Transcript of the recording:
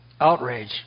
outrage